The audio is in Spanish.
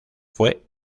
fue